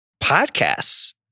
podcasts